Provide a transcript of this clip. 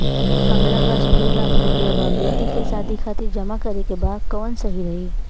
हमरा पास दू लाख रुपया बा बेटी के शादी खातिर जमा करे के बा कवन सही रही?